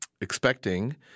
expecting